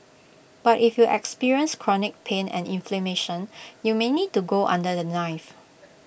but if you experience chronic pain and inflammation you may need to go under the knife